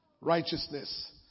Righteousness